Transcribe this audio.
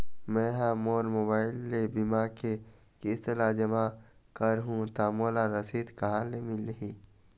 मैं हा मोर मोबाइल ले बीमा के किस्त ला जमा कर हु ता मोला रसीद कहां ले मिल ही?